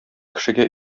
кешегә